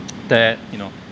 that you know